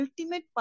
Ultimate